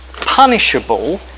punishable